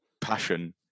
passion